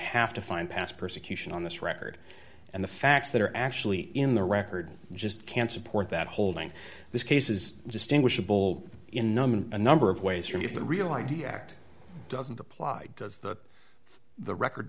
have to find past persecution on this record and the facts that are actually in the record just can't support that holding this case is distinguishable in a number of ways from if the real i d act doesn't apply does that for the record